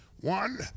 one